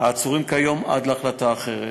והם עצורים כיום עד להחלטה אחרת.